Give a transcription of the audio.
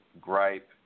gripe